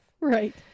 Right